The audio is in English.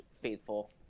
faithful